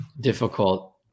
difficult